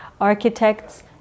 architects